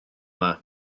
dda